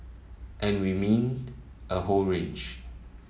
and we mean a whole range